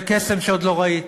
קסם שעוד לא ראיתי,